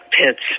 pits